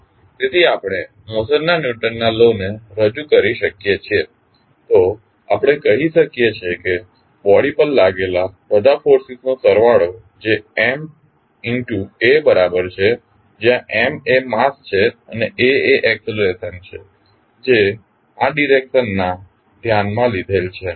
તેથી આપણે મોશનના ન્યુટનના લો ને રજૂ કરી શકીએ છીએ તો આપણે કહી શકીએ છીએ કે બોડી પર લાગેલા બધા ફોર્સિસનો સરવાળો એ Ma બરાબર છે જ્યાં M એ માસ છે અને a એ એક્સલરેશન છે જે આ ડીરેક્શનમાં ધ્યાનમાં લીધેલ છે